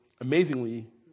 Amazingly